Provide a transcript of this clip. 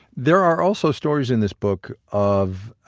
there are also stories in this book of